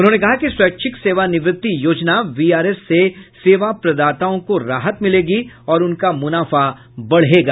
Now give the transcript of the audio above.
उन्होंने कहा कि स्वैच्छिक सेवानिवृत्ति योजना वीआरएस से सेवा प्रदाताओं को राहत मिलेगी और उनका मुनाफा बढ़ेगा